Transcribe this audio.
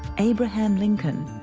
abraham lincoln,